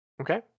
Okay